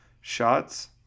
shots